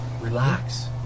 Relax